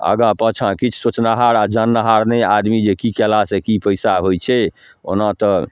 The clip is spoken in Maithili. आगाँ पाछाँ किछु सोचनिहार आओर जाननिहार नहि आदमी जे कि कएलासँ कि पइसा होइ छै ओना तऽ